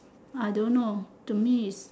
I don't know to me